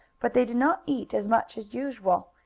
but they did not eat as much as usual,